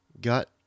got